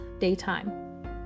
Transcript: daytime